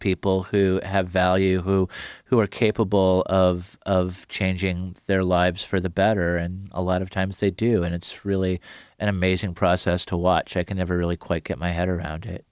people who have value who who are capable of changing their lives for the better and a lot of times they do and it's really an amazing process to watch i can ever really quite get my head around it